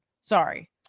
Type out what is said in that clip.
sorry